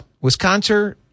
Wisconsin